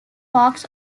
box